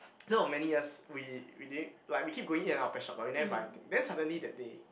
so many years we we didn't like we keep going in and out of pet shop but we never buy anything then suddenly that day